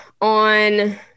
on